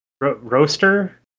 roaster